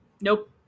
nope